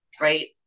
right